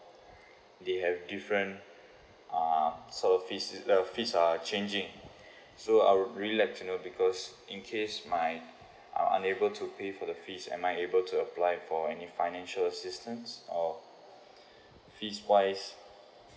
they have different uh sort of fees the fees are changing so i will because in case my uh unable to pay for the fees am I able to apply for any financial assistance or freeze wise